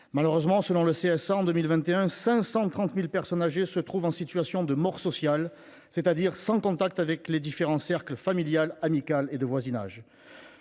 Frères des pauvres, en 2021, 530 000 personnes âgées se trouvaient en situation de « mort sociale », c’est à dire sans contact avec les différents cercles familial, amical et de voisinage.